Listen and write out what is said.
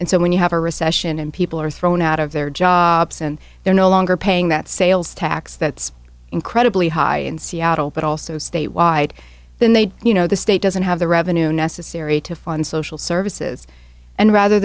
and so when you have a recession and people are thrown out of their jobs and they're no longer paying that sales tax that's incredibly high in seattle but also statewide then they you know the state doesn't have the revenue necessary to fund social services and rather